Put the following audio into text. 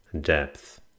depth